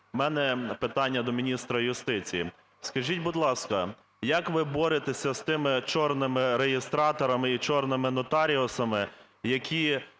У мене питання до міністра юстиції. Скажіть, будь ласка, як ви боретеся з тими "чорними" реєстраторами і "чорними" нотаріусами, які